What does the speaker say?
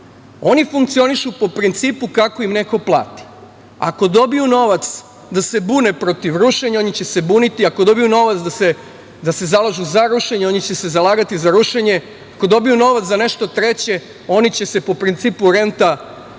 funkcionišu po principu kako im neko plati. Ako dobiju novac da se bune protiv rušenja oni će se buniti, ako dobiju novac da se zalažu za rušenje oni će se zalagati za rušenje, ako dobiju novac za nešto treće oni će se po principu renta bundžija